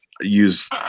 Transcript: use